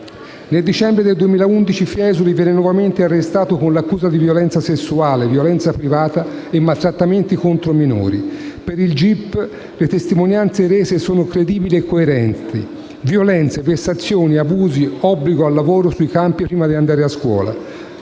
Nel dicembre del 2011 Fiesoli viene nuovamente arrestato con l'accusa di violenza sessuale, violenza privata e maltrattamenti contro minori. Per il gip le testimonianze rese sono credibili e coerenti: violenze, vessazioni, abusi, obbligo al lavoro sui campi prima di andare a scuola.